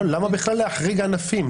למה בכלל להחריג ענפים?